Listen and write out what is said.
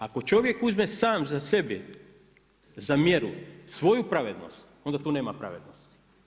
Ako čovjek uzme sam za sebe za mjeru svoju pravednost onda tu nema pravednosti.